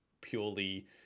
purely